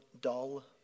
dull